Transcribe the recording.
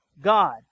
God